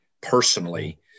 personally